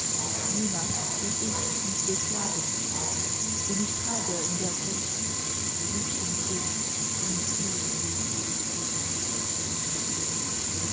nimmer will ich mich beklagen denn ich trage in der brust liebchens bild und